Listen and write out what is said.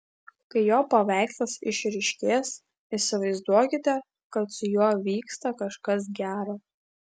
kai jo paveikslas išryškės įsivaizduokite kad su juo vyksta kažkas gero